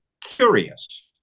Curious